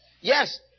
Yes